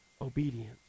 obedience